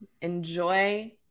enjoy